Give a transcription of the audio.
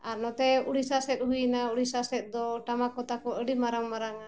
ᱟᱨ ᱱᱚᱛᱮ ᱩᱲᱤᱥᱥᱟ ᱥᱮᱫ ᱦᱩᱭᱮᱱᱟ ᱩᱲᱤᱥᱥᱟ ᱥᱮᱫ ᱫᱚ ᱴᱟᱢᱟᱠ ᱠᱚ ᱛᱟᱠᱚ ᱟᱹᱰᱤ ᱢᱟᱨᱟᱝ ᱢᱟᱨᱟᱝᱟ